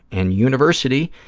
and university,